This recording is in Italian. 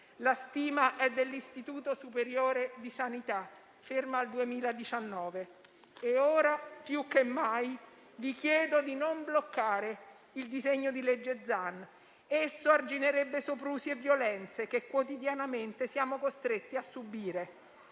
(la stima è dell'Istituto superiore di sanità, ferma al 2019) e ora più che mai vi chiedo di non bloccare il disegno di legge Zan: esso arginerebbe soprusi e violenze che quotidianamente siamo costretti a subire.